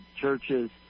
churches